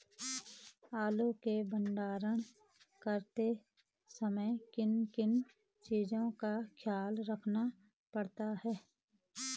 आलू के भंडारण करते समय किन किन चीज़ों का ख्याल रखना पड़ता है?